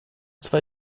zwei